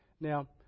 Now